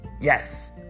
Yes